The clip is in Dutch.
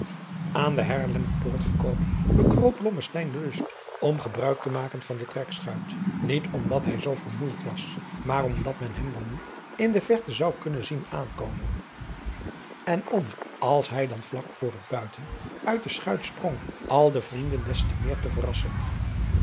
aan de haarlemmerpoort gekomen bekroop blommesteyn de lust om gebruik te maken van de trekschuit niet omdat hij zoo vermoeid was maar omdat men hem dan niet in de verte zou kunnen zien aankomen en om als hij dan vlak voor het buiten uit de schuit sprong al de vrienden des te meer te verrassen